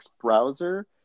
browser